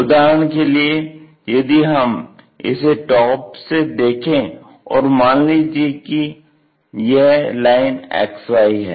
उदाहरण के लिए यदि हम इसे टॉप से देखें और मान लीजिए यह लाइन XY है